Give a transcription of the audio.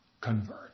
Convert